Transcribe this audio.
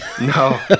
No